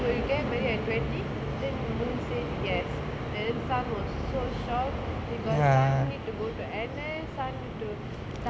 will you get married at twenty then moon said yes then sun was so shocked because sun need to go to N_S sun need to study